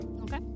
Okay